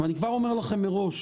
ואני כבר אומר לכם מראש,